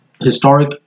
historic